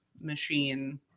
machine